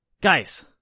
guys